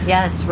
Yes